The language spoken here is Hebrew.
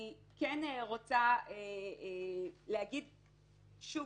אני רוצה לומר שוב,